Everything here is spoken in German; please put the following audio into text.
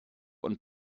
und